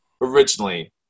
originally